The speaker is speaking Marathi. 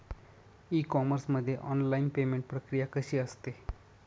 ई कॉमर्स मध्ये ऑनलाईन पेमेंट प्रक्रिया कशी असते?